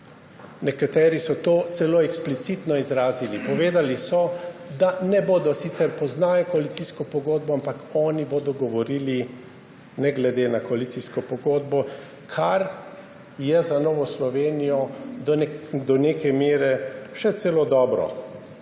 Nekateri so to celo eksplicitno izrazili. Povedali so, da sicer poznajo koalicijsko pogodbo, ampak bodo govorili ne glede na koalicijsko pogodbo. Kar je za Novo Slovenijo do neke mere še celo dobro,